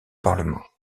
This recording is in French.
parlement